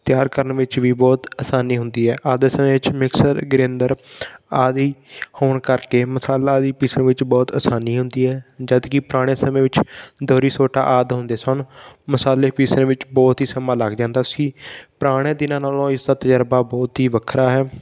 ਤਿਆਰ ਕਰਨ ਵਿੱਚ ਵੀ ਬਹੁਤ ਆਸਾਨੀ ਹੁੰਦੀ ਹੈ ਅੱਜ ਦੇ ਸਮੇ 'ਚ ਮਿਕਸਰ ਗਿਰਿੰਦਰ ਆਦਿ ਹੋਣ ਕਰਕੇ ਮਸਾਲਾ ਆਦਿ ਪੀਸਣ ਵਿੱਚ ਬਹੁਤ ਆਸਾਨੀ ਹੁੰਦੀ ਹੈ ਜਦਕਿ ਪੁਰਾਣੇ ਸਮੇਂ ਵਿੱਚ ਦੋਹਰੀ ਸੋਟਾ ਆਦਿ ਹੁੰਦੇ ਸਨ ਮਸਾਲੇ ਪੀਸਣ ਵਿੱਚ ਬਹੁਤ ਹੀ ਸਮਾਂ ਲੱਗ ਜਾਂਦਾ ਸੀ ਪੁਰਾਣੇ ਦਿਨਾਂ ਨਾਲੋਂ ਇਸ ਦਾ ਤਜਰਬਾ ਬਹੁਤ ਹੀ ਵੱਖਰਾ ਹੈ